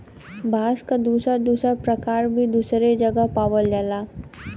बांस क दुसर दुसर परकार भी दुसरे जगह पावल जाला